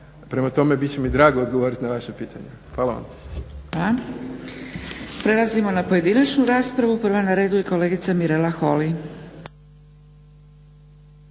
Prema tome, bit će mi drago odgovoriti na vaša pitanja. Hvala.